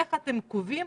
איך אתם קובעים